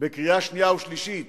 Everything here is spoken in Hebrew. בקריאה שנייה וקריאה שלישית